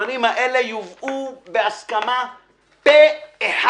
הדברים האלה יובאו בהסכמה פה אחד.